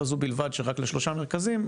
לא זו בלבד שרק לשלושה מרכזים,